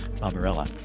Barbarella